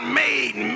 made